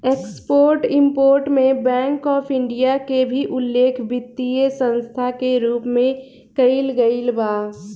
export import में bank of India के भी उल्लेख वित्तीय संस्था के रूप में कईल गईल बा